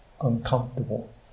uncomfortable